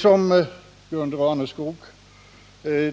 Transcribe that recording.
Som Gunde Raneskog